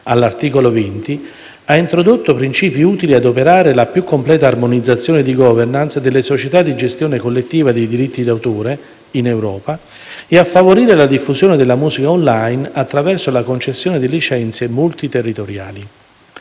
all'articolo 20 - ha introdotto principi utili a operare la più completa armonizzazione di *governance* delle società di gestione collettiva dei diritti d'autore in Europa e a favorire la diffusione della musica *online* attraverso la concessione di licenze multi territoriali.